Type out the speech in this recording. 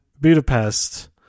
budapest